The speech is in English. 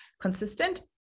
consistent